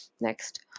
Next